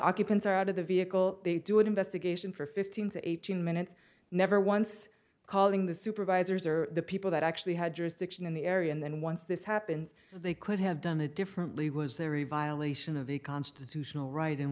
occupants are out of the vehicle they do an investigation for fifteen to eighteen minutes never once calling the supervisors or the people that actually had jurisdiction in the area and then once this happens they could have done it differently was there a violation of a constitutional right